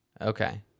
Okay